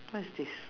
what is this